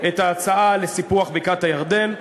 את ההצעה לסיפוח בקעת-הירדן,